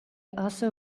also